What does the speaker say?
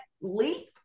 leap